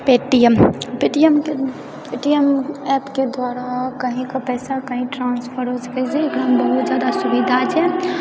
Paytm पेटीएमके Paytm ऍपके द्वारा कहीके पैसा कही ट्रान्सफर हो सकैत छै एकरामे बहुत जादा सुविधा छै